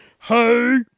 Hey